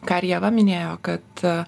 ką ir ieva minėjo kad